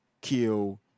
kill